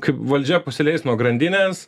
kaip valdžia pasileis nuo grandinės